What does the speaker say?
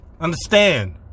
Understand